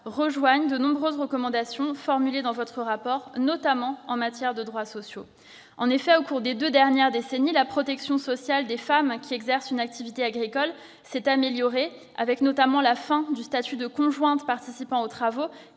rejoignent de nombreuses recommandations formulées dans votre rapport, notamment en matière de droits sociaux. Au cours des deux dernières décennies, la protection sociale des femmes exerçant une activité agricole s'est améliorée, en particulier avec la fin du statut de conjointe participant aux travaux